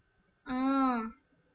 oh